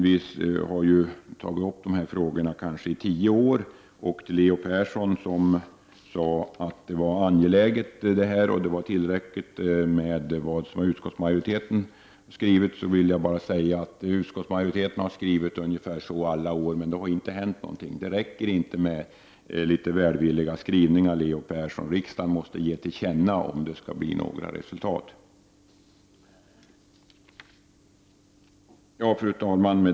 Vi har tagit upp dessa frågor under tio års tid. Leo Persson betonade angelägenheten och sade att utskottsmajoritetens skrivning var tillräcklig. Då vill jag bara säga att utskottsmajoriteten har skrivit ungefär likadant under alla år, men det har inte hänt någonting. Det räcker inte med välvilliga skrivningar, Leo Persson. Riksdagen måste göra ett tillkännagivande om det skall bli något resultat. Fru talman!